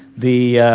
the